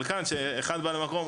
אבל כאן שאחד בא למקום,